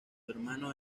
hermano